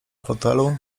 fotelu